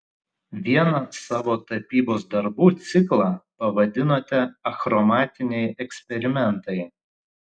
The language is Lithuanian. vieną savo tapybos darbų ciklą pavadinote achromatiniai eksperimentai